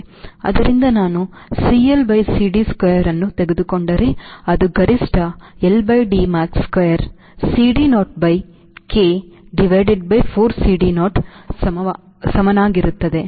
ಆದ್ದರಿಂದ ನಾನು CL by CDsquare ಅನ್ನು ತೆಗೆದುಕೊಂಡರೆ ಅದು ಗರಿಷ್ಠ L by D max square CD naughtby K divided by 4 CD naught ಸಮನಾಗಿರುತ್ತದೆ